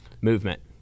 Movement